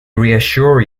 reassure